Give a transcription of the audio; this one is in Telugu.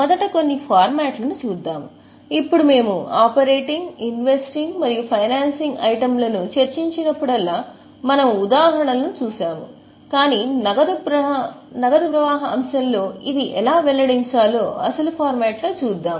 మొదట కొన్ని ఫార్మాట్లను చూద్దాం ఇప్పుడు మేము ఆపరేటింగ్ ఇన్వెస్టింగ్ మరియు ఫైనాన్సింగ్ ఐటెమ్లను చర్చించినప్పుడల్లా మనము ఉదాహరణలను చూశాము కాని నగదు ప్రవాహ అంశంలో ఇది ఎలా వెల్లడించా లో అసలు ఫార్మాట్లో చూద్దాం